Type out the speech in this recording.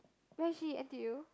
where is she N_T_U